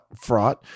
fraud